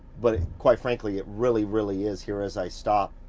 but quite frankly it really, really is. here as i stop.